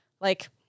like-